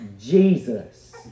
Jesus